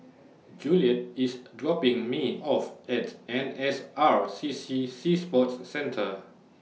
Juliet IS dropping Me off At N S R C C Sea Sports Centre